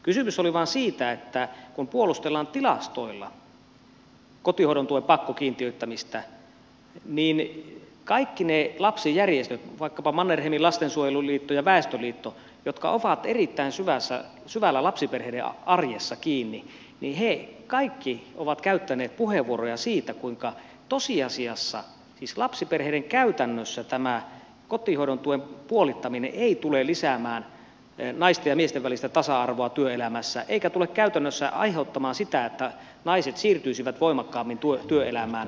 kysymys oli vain siitä että kun puolustellaan tilastoilla kotihoidon tuen pakkokiintiöittämistä niin kaikki ne lapsijärjestöt vaikkapa mannerheimin lastensuojeluliitto ja väestöliitto jotka ovat erittäin syvällä lapsiperheiden arjessa kiinni ovat käyttäneet puheenvuoroja siitä kuinka tosiasiassa siis lapsiperheiden käytännössä tämä kotihoidon tuen puolittaminen ei tule lisäämään naisten ja miesten välistä tasa arvoa työelämässä eikä tule käytännössä aiheuttamaan sitä että naiset siirtyisivät voimakkaammin työelämään